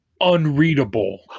unreadable